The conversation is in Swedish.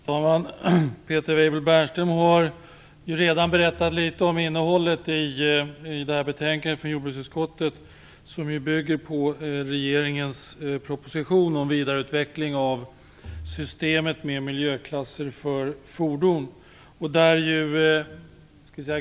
Fru talman! Peter Weibull Bernström har redan berättat litet om innehållet i det här betänkandet från jordbruksutskottet. Det bygger ju på regeringens proposition om vidareutveckling av systemet med miljöklasser för fordon.